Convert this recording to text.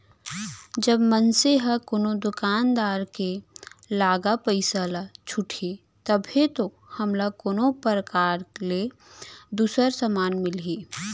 जब मनसे ह कोनो दुकानदार के लागा पइसा ल छुटही तभे तो हमला कोनो परकार ले दूसर समान मिलही